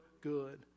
good